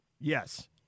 Yes